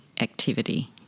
activity